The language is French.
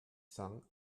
cents